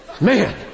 Man